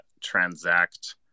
transact